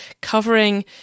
covering